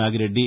Nagireddy